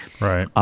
Right